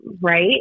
right